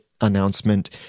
announcement